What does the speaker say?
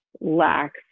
lacks